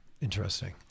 Interesting